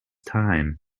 time